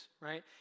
right